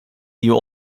you